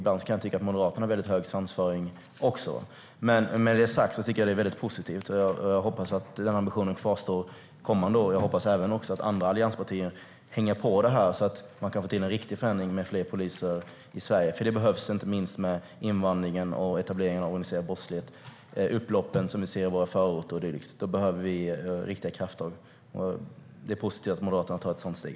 Jag kan tycka att Moderaterna också har hög svansföring ibland. Med det sagt tycker jag ändå att det är positivt. Jag hoppas att ambitionen kvarstår under kommande år och att andra allianspartier hänger på det här så att vi kan få till en riktig förändring med fler poliser i Sverige. Det behövs, inte minst med tanke på invandringen, etableringen av organiserad brottslighet, upploppen i våra förorter och dylikt. Vi behöver riktiga krafttag. Det i alla fall positivt att Moderaterna tar ett sådant steg.